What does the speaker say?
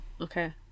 Okay